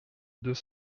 deux